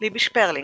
ליבי שפרלינג,